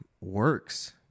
works